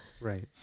Right